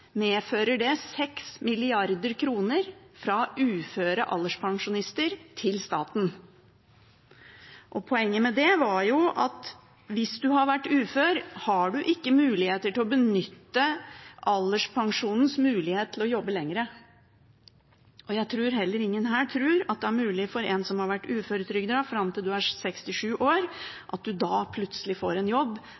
medfører det 6 mrd. kr fra uføre alderspensjonister til staten. Poenget med det var jo at hvis man har vært ufør, kan man ikke benytte alderspensjonens mulighet til å jobbe lenger. Jeg tror heller ingen her tror at det er mulig for en som har vært uføretrygdet fram til en er 67 år, plutselig å få en jobb